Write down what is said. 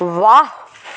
वाह